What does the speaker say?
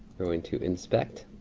going to inspect.